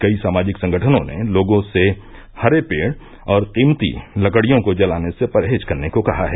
कई सामाजिक संगठनों ने लोगों से हरे पेड़ और कीमती लकड़ियों को जलाने से परहेज करने को कहा है